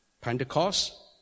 Pentecost